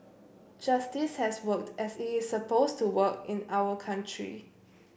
justice has worked as it is supposed to work in our country